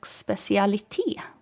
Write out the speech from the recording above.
specialitet